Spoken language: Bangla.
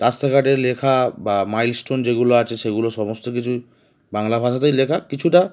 রাস্তাঘাটের লেখা বা মাইলস্টোন যেগুলো আছে সেগুলো সমস্ত কিছুই বাংলা ভাষাতেই লেখা কিছুটা